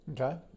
Okay